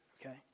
Okay